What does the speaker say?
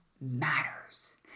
matters